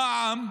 המע"מ,